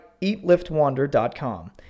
eatliftwander.com